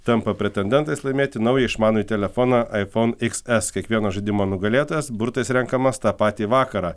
tampa pretendentais laimėti naują išmanųjį telefoną iphone xs kiekvieno žaidimo nugalėtojas burtais renkamas tą patį vakarą